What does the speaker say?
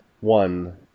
One